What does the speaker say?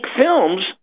films